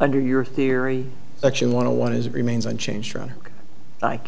under your theory that you want to want his remains unchanged around